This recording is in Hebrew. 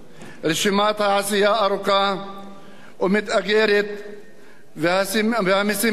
רשימת העשייה ארוכה ומאתגרת והמשימה קשה.